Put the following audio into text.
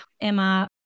Emma